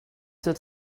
that